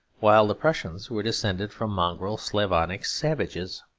while the prussians were descended from mongrel slavonic savages.